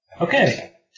Okay